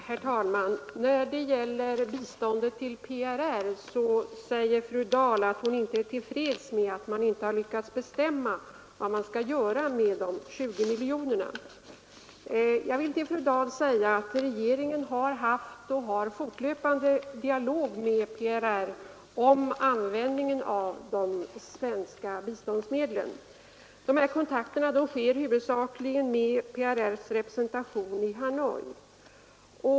Herr talman! När det gäller biståndet till PRR säger fru Dahl att hon inte är till freds med att man inte lyckats bestämma vad man skall göra med de 20 miljonerna. Regeringen har haft och har fortlöpande en dialog med PRR om användningen av de svenska biståndsmedlen. Dessa kontakter sker huvudsakligen med PRRs representation i Hanoi.